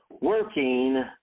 working